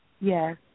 Yes